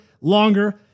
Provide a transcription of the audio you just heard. longer